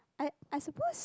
I I suppose